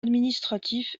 administratif